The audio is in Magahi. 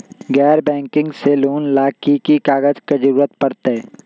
गैर बैंकिंग से लोन ला की की कागज के जरूरत पड़तै?